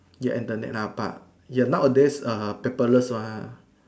ya Internet lah but ya nowadays err paperless one